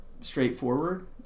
straightforward